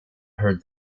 heard